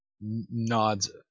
nods